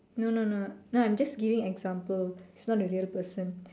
no no no no I'm just giving example is not a real person